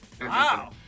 Wow